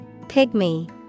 Pygmy